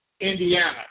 Indiana